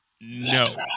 No